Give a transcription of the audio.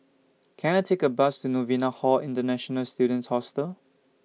Can I Take A Bus to Novena Hall International Students Hostel